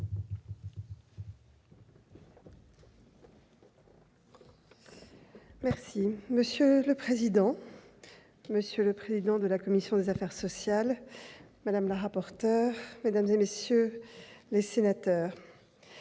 Monsieur le président, monsieur le président de la commission des affaires sociales, madame la rapporteur, mesdames, messieurs les sénateurs,